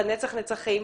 לנצח נצחים,